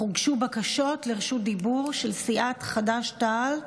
אך הוגשו בקשות לרשות דיבור של סיעת חד"ש-תע"ל.